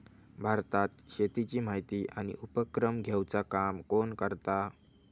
भारतात शेतीची माहिती आणि उपक्रम घेवचा काम कोण करता?